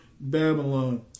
Babylon